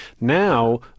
Now